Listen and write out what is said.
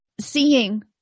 seeing